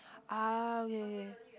uh okay okay